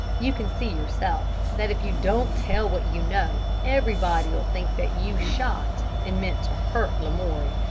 you can see yourself that if you don't tell what you know, everybody'll think that you shot and meant to hurt lamoury,